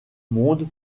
monde